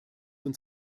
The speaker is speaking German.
uns